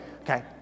okay